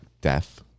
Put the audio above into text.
Death